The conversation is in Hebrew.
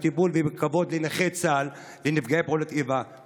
בטיפול ובכבוד לנכי צה"ל ולנפגעי פעולות האיבה.